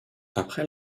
après